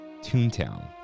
Toontown